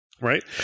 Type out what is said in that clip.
Right